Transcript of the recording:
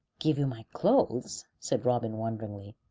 give you my clothes? said robin, wonderingly.